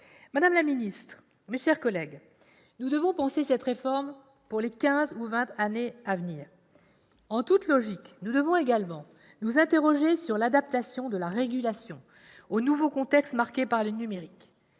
Madame la ministre, mes chers collègues, nous devons penser cette réforme pour les quinze ou vingt années à venir. En toute logique, nous devons également nous interroger sur l'adaptation de la régulation au nouveau contexte marqué par le numérique.